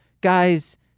Guys